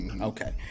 Okay